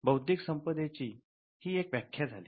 बौद्धिक संपदेची ही एक व्याख्या झाली